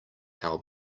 our